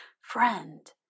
Friend